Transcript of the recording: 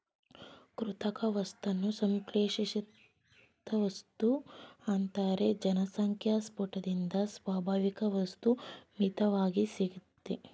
ಕೃತಕ ವಸ್ತುನ ಸಂಶ್ಲೇಷಿತವಸ್ತು ಅಂತಾರೆ ಜನಸಂಖ್ಯೆಸ್ಪೋಟದಿಂದ ಸ್ವಾಭಾವಿಕವಸ್ತು ಮಿತ್ವಾಗಿ ಸಿಗ್ತದೆ